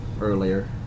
earlier